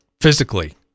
physically